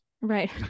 Right